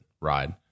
ride